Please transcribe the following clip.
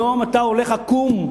היום אתה הולך עקום,